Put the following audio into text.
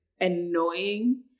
annoying